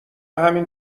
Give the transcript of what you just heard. همین